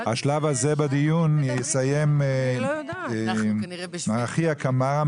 את השלב הזה בדיון יסיים מר אחיה קמארה,